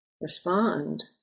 respond